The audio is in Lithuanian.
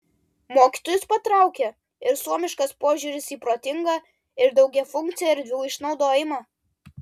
mokytojus patraukė ir suomiškas požiūris į protingą ir daugiafunkcį erdvių išnaudojimą